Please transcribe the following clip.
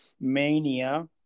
mania